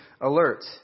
alert